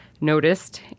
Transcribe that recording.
noticed